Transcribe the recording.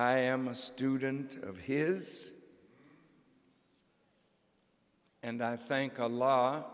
i am a student of his and i think a l